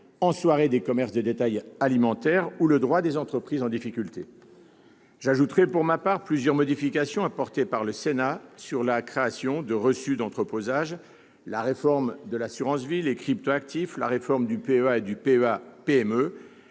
en soirée des commerces de détail alimentaires, ou le droit des entreprises en difficulté. Pour ma part, j'évoquerai plusieurs modifications apportées par le Sénat sur la création des reçus d'entreposage, la réforme de l'assurance vie, les crypto-actifs, la réforme du PEA et du PEA-PME,